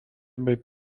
bei